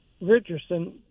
Richardson